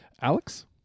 Alex